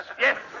Yes